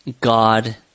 God